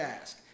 ask